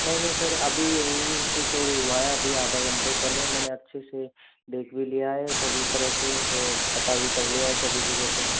नहीं नहीं सर अभी यहीं से चोरी हुआ है अभी आधा घंटे पहले मैंने अच्छे से देख भी लिया है सभी तरह से और पता भी कर लिया है सभी जगह पे